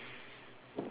why not